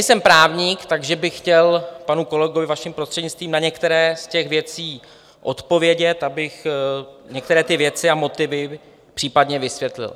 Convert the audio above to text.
Nejsem právník, takže bych chtěl panu kolegovi, vaším prostřednictvím, na některé z těch věcí odpovědět, abych některé ty věci a motivy případně vysvětlil.